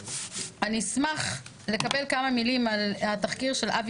אני אשמח לקבל כמה מילים על התחקיר של אבי